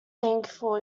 thankful